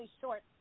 short